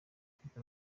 ifite